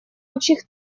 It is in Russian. общих